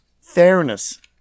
fairness